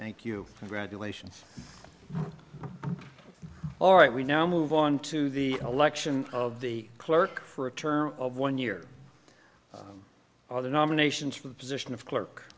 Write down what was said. thank you congratulations all right we now move on to the election of the clerk for a term of one year or the nominations for the position of clerk